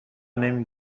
نمی